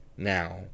Now